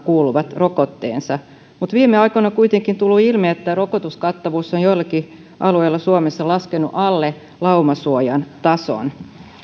kuuluvat rokotteensa mutta viime aikoina kuitenkin on tullut ilmi että rokotuskattavuus on joillakin alueilla suomessa laskenut alle laumasuojan tason